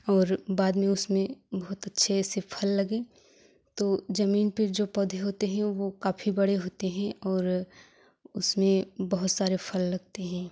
और बाद में उसमें बहुत अच्छे से फल लगी तो जमीन पर जो पौधे होते हैं वो काफी बड़े होते हैं और उसमें बहुत सारे फल लगते हैं